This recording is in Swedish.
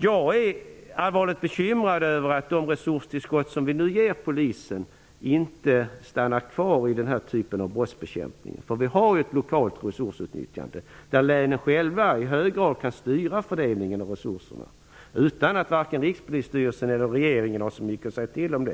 Jag är allvarligt bekymrad över att de resurstillskott som vi nu ger Polisen inte kvarstår för den här typen av brottsbekämpning. Vi har ju ett lokalt resursutnyttjande, där länen själva i hög grad kan styra fördelningen av resurserna utan att vare sig Rikspolisstyrelsen eller regeringen har så mycket att säga till om.